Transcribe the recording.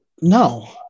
No